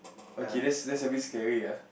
okay that's that's a bit scary ah